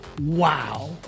wow